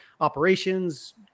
operations